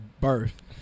birth